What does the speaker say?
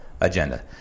agenda